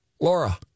Laura